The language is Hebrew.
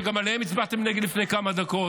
שגם עליהם הצבעתם נגד לפי כמה דקות.